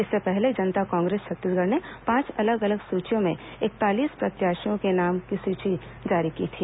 इससे पहले जनता कांग्रेस छत्तीसगढ़ ने पांच अलग अलग सूचियों में इकतालीस प्रत्याशियों के नामों की सूची जारी की थी